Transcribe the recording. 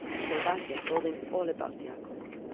so batya told him all about yaakov.